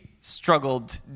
struggled